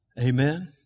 Amen